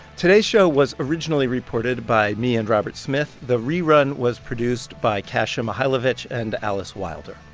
today's show was originally reported by me and robert smith. the rerun was produced by kasia mychajlowycz and alice wilder.